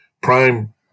prime